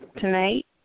tonight